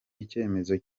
icyemezo